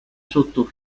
sotto